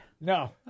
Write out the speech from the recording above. No